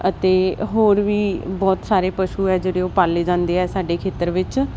ਅਤੇ ਹੋਰ ਵੀ ਬਹੁਤ ਸਾਰੇ ਪਸ਼ੂ ਹੈ ਜਿਹੜੇ ਉਹ ਪਾਲੇ ਜਾਂਦੇ ਆ ਸਾਡੇ ਖੇਤਰ ਵਿੱਚ